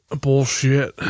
Bullshit